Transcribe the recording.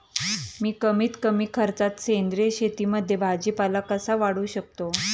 मी कमीत कमी खर्चात सेंद्रिय शेतीमध्ये भाजीपाला कसा वाढवू शकतो?